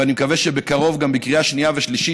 ואני מקווה שבקרוב גם בקריאה שנייה ושלישית.